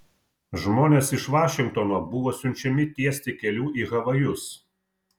žmonės iš vašingtono buvo siunčiami tiesti kelių į havajus